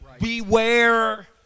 Beware